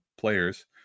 players